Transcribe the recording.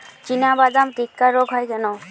চিনাবাদাম টিক্কা রোগ হয় কেন?